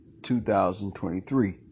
2023